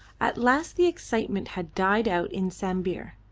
at last the excitement had died out in sambir.